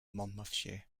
monmouthshire